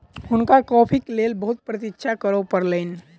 हुनका कॉफ़ीक लेल बहुत प्रतीक्षा करअ पड़लैन